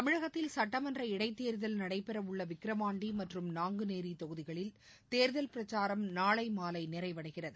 தமிழகத்தில் சட்டமன்ற இனடத்தேர்தல் நடைபெறவுள்ளவிக்கிரவாண்டிமற்றும் நாங்குநேரிதொகுதிகளில் தேர்தல் பிரச்சாரம் நாளைமாலைநிறைவடைகிறது